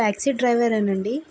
taxi driver ఏనా అండి